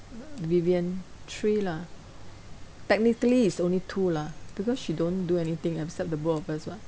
vivien three lah technically is only two lah because she don't do anything except the both of us [what]